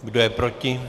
Kdo je proti?